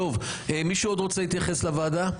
טוב, מישהו עוד רוצה להתייחס לוועדה?